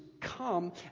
come